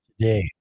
today